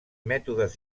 mètodes